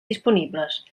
disponibles